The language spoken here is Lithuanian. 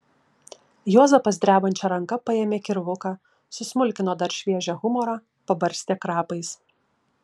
juozapas drebančia ranka paėmė kirvuką susmulkino dar šviežią humorą pabarstė krapais